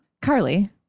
carly